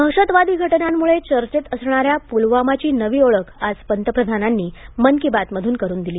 दहशतवादी घटनांमुळे चर्चेत असणाऱ्या पुलवामाची नवी ओळख आज पंतप्रधानांनी मन की बात मधून करून दिली